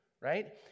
right